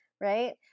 right